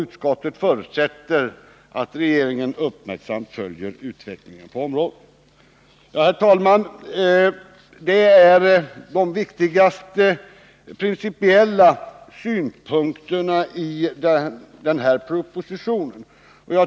Utskottet förutsätter att regeringen uppmärksamt följer utvecklingen på området.” Herr talman! Detta är de viktigaste principiella synpunkterna i den här propositionen.